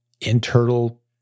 internal